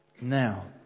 now